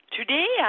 Today